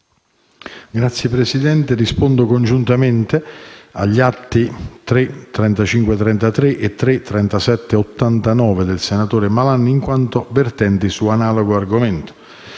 Signora Presidente, rispondo congiuntamente agli atti 3-03533 e 3-03789 del senatore Malan, in quanto vertenti su analogo argomento.